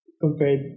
compared